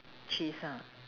cheese ah